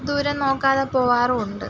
ദൂരം നോക്കാതെ പോവാറും ഉണ്ട്